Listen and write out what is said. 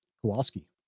Kowalski